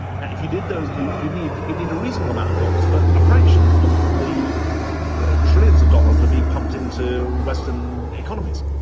now, if you did those, you'd you'd need that. you'd need a reasonable amount of dollars, but a fraction of the the ah trillions of dollars that are being pumped into western economies.